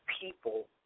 people